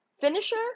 finisher